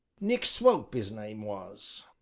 nick scrope his name was,